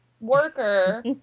worker